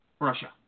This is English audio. Russia